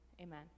Amen